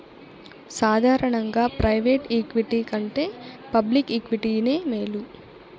సాదారనంగా private equity కంటే public ఈక్విటీనే మేలు